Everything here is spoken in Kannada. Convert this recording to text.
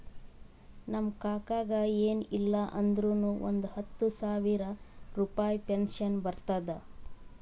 ನಮ್ ಕಾಕಾಗ ಎನ್ ಇಲ್ಲ ಅಂದುರ್ನು ಒಂದ್ ಹತ್ತ ಸಾವಿರ ರುಪಾಯಿ ಪೆನ್ಷನ್ ಬರ್ತುದ್